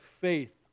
faith